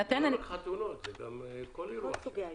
זה לא רק חתונות, זה כל סוגי האירועים.